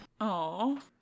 Aw